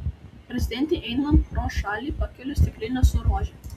prezidentei einant pro šalį pakeliu stiklinę su rože